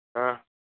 हा